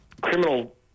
criminal